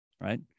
right